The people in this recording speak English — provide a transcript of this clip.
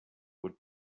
would